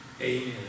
Amen